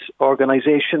organisation